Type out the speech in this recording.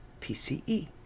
PCE